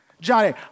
Johnny